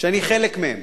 שאני חלק מהם.